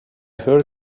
heard